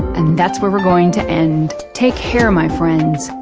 and that's where we're going to end. take care, my friends.